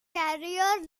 career